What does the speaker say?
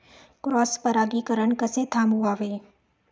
Cross परागीकरण कसे थांबवावे?